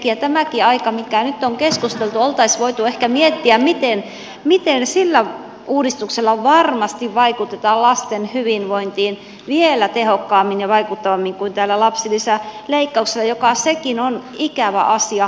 tämäkin aika mikä nyt on keskusteltu oltaisiin voitu ehkä miettiä miten sillä uudistuksella varmasti vaikutetaan lasten hyvinvointiin vielä tehokkaammin ja vaikuttavammin kuin tällä lapsilisäleikkauksella joka sekin on ikävä asia